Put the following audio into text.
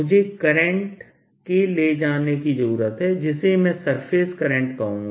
मुझे current K ले जाने की जरूरत है जिसे मैं सरफेस करंट कहूंगा